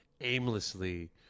aimlessly